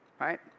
Right